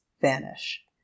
vanish